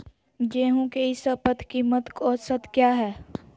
गेंहू के ई शपथ कीमत औसत क्या है?